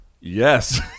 Yes